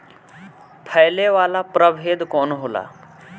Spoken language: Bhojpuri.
फैले वाला प्रभेद कौन होला?